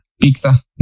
Pizza